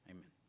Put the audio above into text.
Amen